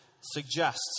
Suggests